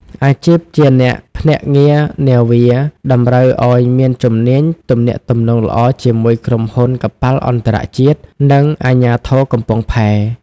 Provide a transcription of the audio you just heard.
អាជីពជាអ្នកភ្នាក់ងារនាវា តម្រូវឱ្យមានជំនាញទំនាក់ទំនងល្អជាមួយក្រុមហ៊ុនកប៉ាល់អន្តរជាតិ និងអាជ្ញាធរកំពង់ផែ។